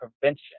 prevention